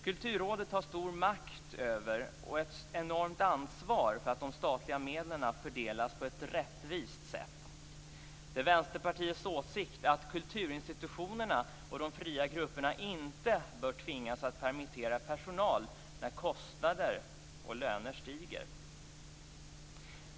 Kulturrådet har stor makt över och ett enormt ansvar för att de statliga medlen fördelas på ett rättvist sätt. Det är Vänsterpartiets åsikt att kulturinstitutionerna och de fria grupperna inte bör tvingas att permittera personal när kostnader och löner stiger.